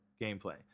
gameplay